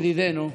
ידידנו,